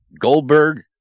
Goldberg